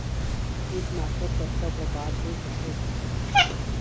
कीटनाशक कतका प्रकार के होथे?